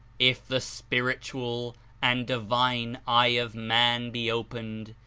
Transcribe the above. if the spiritual and divine eye of man be opened,